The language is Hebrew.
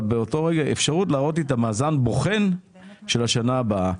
באותו רגע אפשרות להראות לי את המאזן בוחן של השנה הבאה.